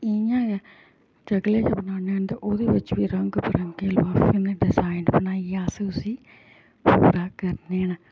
इ'यां गै चक्ले बी बनान्ने ते ओह्दे बिच्च बी रंग बरंगे लफाफे कन्नै डिजाइन बनाइयै अस उसी त्यार करने न